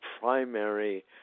primary